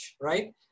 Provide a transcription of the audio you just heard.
right